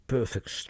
Perfect